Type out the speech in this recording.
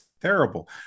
terrible